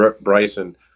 Bryson